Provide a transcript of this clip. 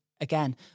Again